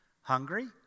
Hungry